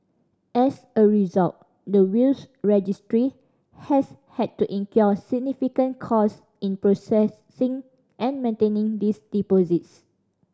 as a result the Wills Registry has had to incur significant cost in processing and maintaining these deposits